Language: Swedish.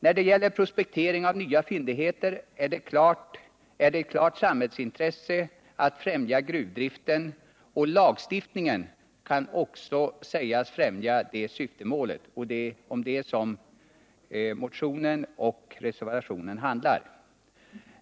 När det gäller prospektering av nya fyndigheter är det ett klart samhällsintresse att främja gruvdriften, och lagstiftningen kan också sägas främja det syftemålet. Det är om detta motionen och reservationen handlar.